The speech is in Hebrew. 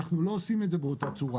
אנחנו לא עושים את זה באותה צורה.